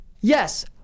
Yes